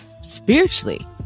spiritually